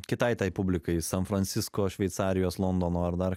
kitai tai publikai san francisko šveicarijos londono ar dar